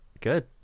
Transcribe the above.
good